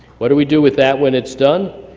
what do we do with that when it's done?